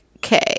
okay